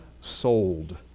sold